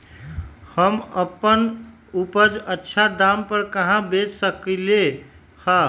हम अपन उपज अच्छा दाम पर कहाँ बेच सकीले ह?